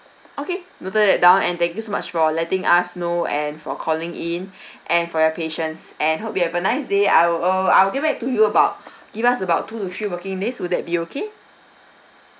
okay noted that down and thank you so much for letting us know and for calling in and for your patience and hope you have a nice day I will uh I will get back to you about give us about two to three working days will that be okay